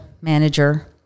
manager